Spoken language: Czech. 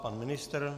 Pan ministr?